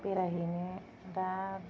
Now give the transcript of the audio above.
बेरायहैनो दा